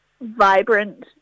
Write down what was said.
vibrant